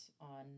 on